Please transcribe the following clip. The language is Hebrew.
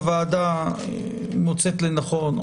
הוועדה מוצאת לנכון,